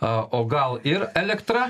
a o gal ir elektra